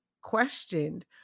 questioned